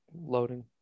loading